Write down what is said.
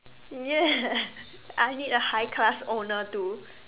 yes I need a high class owner too